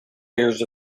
ears